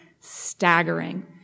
staggering